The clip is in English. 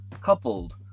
coupled